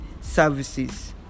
services